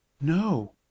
no